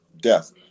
death